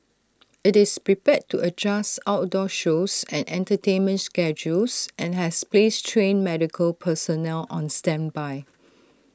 IT is prepared to adjust outdoor shows and entertainment schedules and has placed trained medical personnel on standby